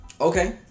Okay